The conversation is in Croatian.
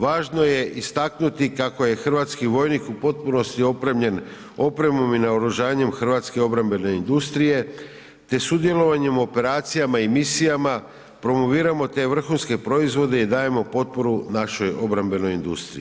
Važno je istaknuti kako je hrvatski vojnik u potpunosti opremljen opremom i naoružanjem hrvatske obrambene industrije, te sudjelovanjem u operacijama i misijama promoviramo te vrhunske proizvode i dajemo potporu našoj obrambenoj industriji.